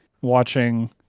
Watching